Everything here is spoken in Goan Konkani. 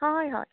हय हय